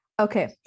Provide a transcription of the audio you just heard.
Okay